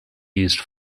used